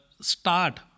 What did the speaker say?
start